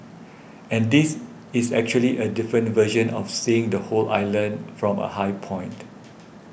and this is actually a different version of seeing the whole island from a high point